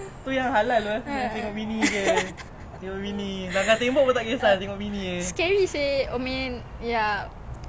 I know some girl friends will be like chill sister I do not want your mat tahir